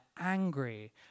angry